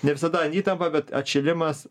ne visada įtampa bet atšilimas